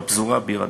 בפזורה ביר-הדאג',